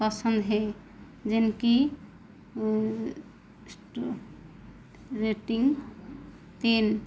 पसंद है जिनकी इस्टो रेटिंग तीन